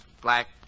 black